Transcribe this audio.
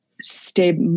stay